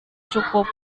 cukup